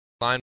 line